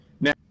Now